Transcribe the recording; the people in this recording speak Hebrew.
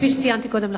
כפי שציינתי קודם לכן,